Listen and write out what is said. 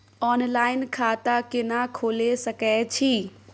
Online खाता केना खोले सकै छी?